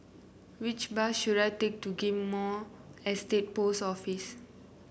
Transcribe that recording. which bus should I take to Ghim Moh Estate Post Office